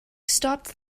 stopped